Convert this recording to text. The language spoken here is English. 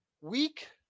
weak